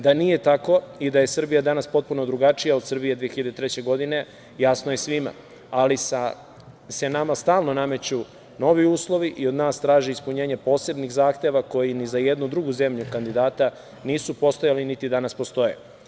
Da nije tako i da je Srbija danas potpuno drugačija od Srbije 2003. godine jasno je svima, ali se nama stalno nameću novi uslovi i od nas traži ispunjenje posebnih zahteva koji ni za jednu drugu zemlju kandidata nisu postojali, niti danas postoje.